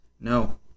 No